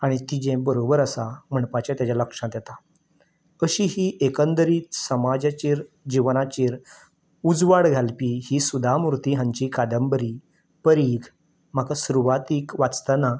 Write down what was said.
आनी तिजें बरोबर आसा म्हणपाचें ताच्या लक्षांत येता अशी ही एकंदरीत ही समाजाचेर जिवनाचेर उजवाड घालपी ही सुधा मुर्ती हांची कादंबरी परीघ म्हाका सुरवातीक वाचतना